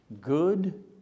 good